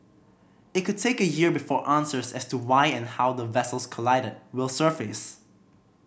it could take a year before answers as to why and how the vessels collided will surface